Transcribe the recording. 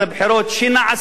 שנעשה את הכול,